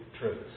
truth